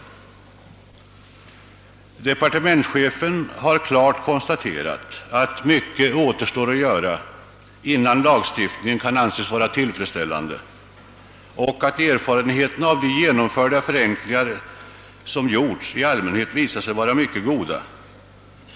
Departementschefen konstaterar klart att mycket återstår att göra innan lagstiftningen kan anses vara tillfredsställande och att erfarenheterna av de genomförda förenklingarna i allmänhet visat sig goda.